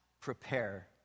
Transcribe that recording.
prepare